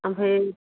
ओमफ्राय